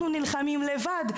אנחנו נלחמים לבד.